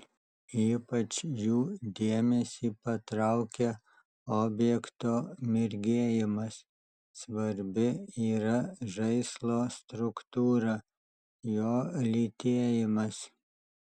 ypač jų dėmesį patraukia objekto mirgėjimas svarbi yra žaislo struktūra jo lytėjimas